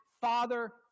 Father